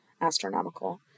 astronomical